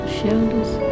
shoulders